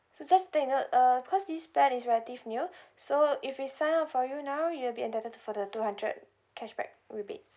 so just to take note uh because this plan is relative new so if we sign up for you now you'll be entitled for the two hundred cashback rebates